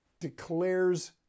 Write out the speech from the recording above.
declares